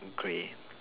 okay